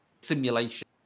simulation